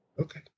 Okay